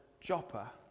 Joppa